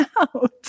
out